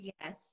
yes